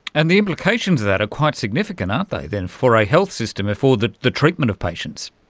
and the implications of that are quite significant, aren't they then for a health system, for the the treatment of patients.